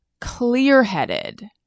clear-headed